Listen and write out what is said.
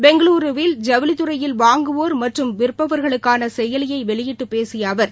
பெங்களுருவில் ஜவுளித்துறையில் வாங்குவோர் மற்றும் விற்பவர்களுக்கான செயலியை வெளியிட்டு பேசிப அவர்